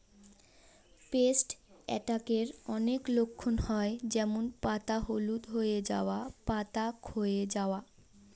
paste অ্যাটাকের অনেক লক্ষণ হয় যেমন পাতা হলুদ হয়ে যাওয়া, পাতা ক্ষয়ে যাওয়া